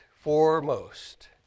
foremost